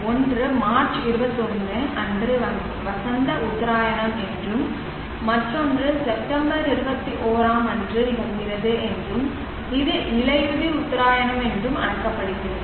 ஒன்று மார்ச் 21 அன்று வசந்த உத்தராயணம் என்றும் மற்றொன்று செப்டம்பர் 21 அன்று நிகழ்கிறது என்றும் இது இலையுதிர் உத்தராயணம் என்றும் அழைக்கப்படுகிறது